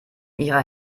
ihrer